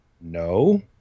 no